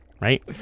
Right